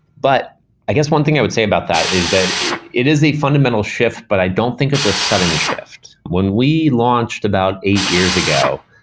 but i guess one thing i would say about that is that it is a fundamental shift, but i don't think it's a sudden shift. when we launched about eight years ago,